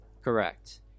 Correct